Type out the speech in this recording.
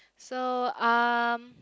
so um